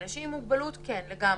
אנשים עם מוגבלות זה כן לגמרי.